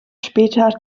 später